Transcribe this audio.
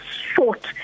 short